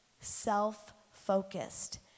self-focused